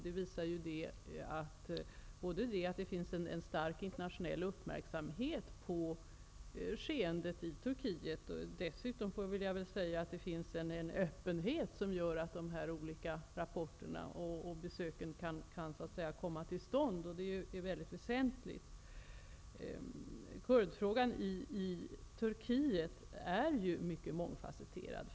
Det visar både att det finns en stark internationell uppmärksamhet på skeendet i Turkiet och att det finns en öppenhet, som gör att de olika rapporterna och besöken kan komma till stånd. Det är mycket väsentligt. Kurdfrågan i Turkiet är mycket mångfasetterad.